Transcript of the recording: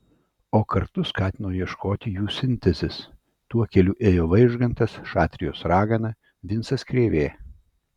o kartu skatino ieškoti jų sintezės tuo keliu ėjo vaižgantas šatrijos ragana vincas krėvė